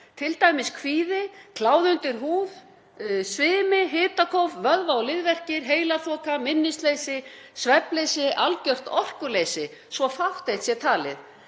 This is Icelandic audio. t.d. kvíði, kláði undir húð, svimi, hitakóf, vöðva- og liðverkir, heilaþoka, minnisleysi, svefnleysi, algjört orkuleysi, svo fátt eitt sé talið.